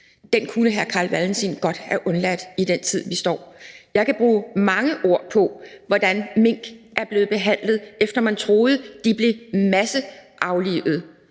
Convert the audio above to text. mink kunne hr. Carl Valentin godt have undladt i den tid, vi befinder os i. Jeg kan bruge mange ord på at fortælle, hvordan mink er blevet behandlet, efter at man troede, de blev masseaflivet.